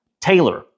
Taylor